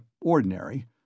ordinary